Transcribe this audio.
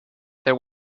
there